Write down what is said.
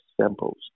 samples